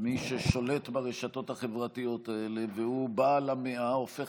שמי ששולט ברשתות החברתיות האלה והוא בעל המאה הופך